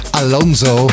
alonso